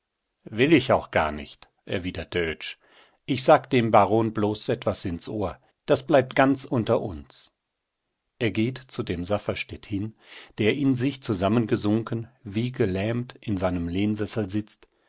will ich auch gar nicht erwidert der oetsch ich sag dem baron bloß etwas ins ohr das bleibt ganz unter uns er geht zu dem safferstätt hin der in sich zusammengesunken wie gelähmt in seinem lehnsessel sitzt